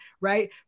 right